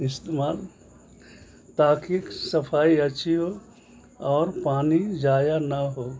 استعمال تاکہ صفائی اچھی ہو اور پانی ضائع نہ ہو